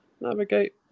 navigate